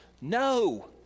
No